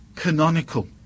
canonical